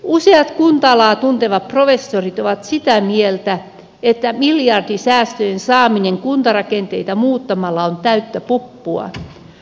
useat kunta alaa tuntevat professorit ovat sitä mieltä että miljardisäästöjen saaminen kuntarakenteita muuttamalla on täyttä puppua